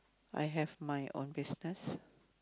I have my own business